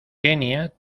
kenia